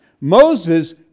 Moses